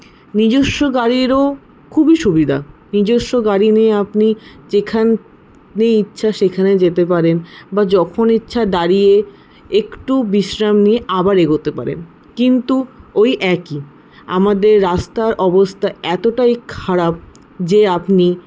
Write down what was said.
নিজস্ব গাড়িরও খুবই সুবিধা নিজস্ব গাড়ি নিয়ে আপনি যেখানে ইচ্ছা সেখানে যেতে পারেন বা যখন ইচ্ছা দাঁড়িয়ে একটু বিশ্রাম নিয়ে আবার এগোতে পারেন কিন্তু ওই একই আমাদের রাস্তার অবস্থা এতটাই খারাপ যে আপনি